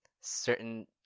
certain